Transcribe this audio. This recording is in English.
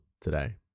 today